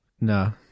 no